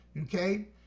Okay